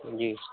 जी